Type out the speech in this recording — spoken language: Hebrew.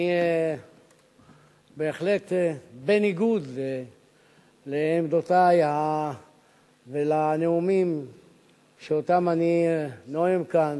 בהחלט בניגוד לעמדותי ולנאומים שאותם אני נואם כאן,